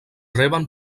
reben